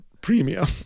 premium